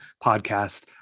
podcast